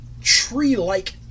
tree-like